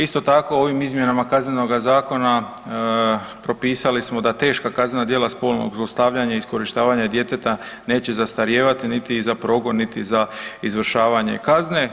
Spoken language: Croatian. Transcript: Isto tako, ovim izmjenama Kaznenoga zakona propisali smo da teška kaznena djela spolnog zlostavljanja i iskorištavanja djeteta neće zastarijevati niti za progon niti za izvršavanje kazne.